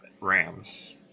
Rams